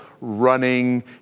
running